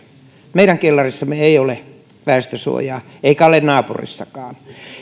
meidän kellarissamme ei ole väestönsuojaa eikä ole naapurissakaan